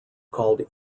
called